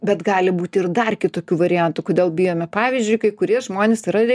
bet gali būti ir dar kitokių variantų kodėl bijome pavyzdžiui kai kurie žmonės yra